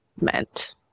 meant